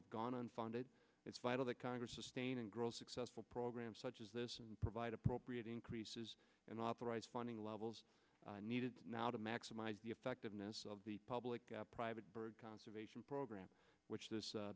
and gone unfunded it's vital that congress sustain and girls successful programs such as this and provide appropriate increases and authorized funding levels needed now to maximize the effectiveness of the public private bird conservation program which this